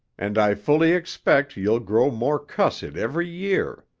and i fully expect you'll grow more cussed every year.